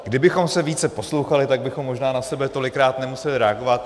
Kdybychom se více poslouchali, tak bychom možná na sebe tolikrát nemuseli reagovat.